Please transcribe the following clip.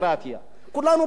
כולנו פה באזור,